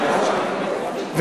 לא ככה.